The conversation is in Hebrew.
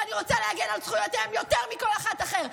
ואני רוצה להגן על זכויותיהן יותר מכל אחת אחרת.